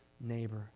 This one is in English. neighbor